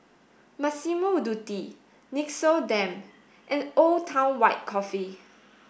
Massimo Dutti Nixoderm and Old Town White Coffee